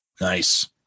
Nice